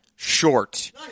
Short